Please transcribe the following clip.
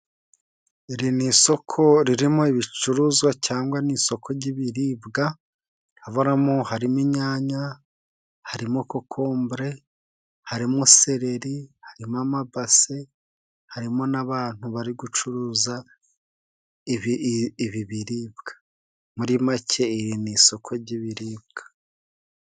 Iri ni isoko ririmo ibicuruzwa cyangwa n'isoko ry'ibiribwa haba harimo inyanya, harimo kokombure, harimo sereri ,harimo amabasi ,harimo n'abantu bari gucuruza ibi biribwa muri make iri ni isoko ry'ibiribwa.